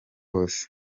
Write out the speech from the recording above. bose